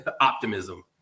optimism